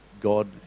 god